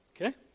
Okay